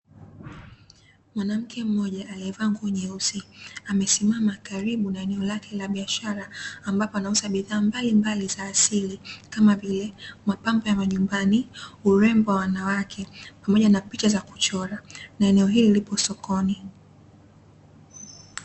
Mwanamke mmoja alievaa nguo nyeusi, amesimama karibu na eneo lake la biashara, ambapo anauza bidhaa mbalimbali za asili, kama vile mapambo ya majumbani, urembo wa wanawake, pamoja na picha za kuchora ,na eneo hili lipo sokoni.